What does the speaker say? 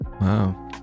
wow